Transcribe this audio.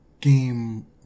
game